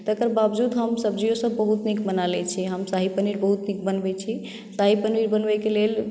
तकर बावजुद हम सब्जियो सभ बहुत नीक बना लै छी हम शाही पनीर बहुत नीक बनबै छी शाही पनीर बनबयके लेल